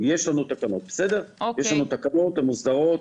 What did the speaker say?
יש לנו תקנות, הן מוסדרות,